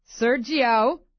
Sergio